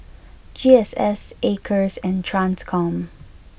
G S S Acres and Transcom